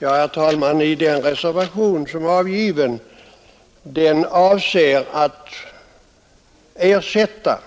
Herr talman! Skrivningen i den reservation som har avgivits är avsedd att ersätta